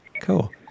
cool